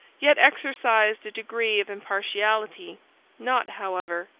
yet exercised a degree of impartiality not, however,